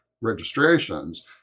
registrations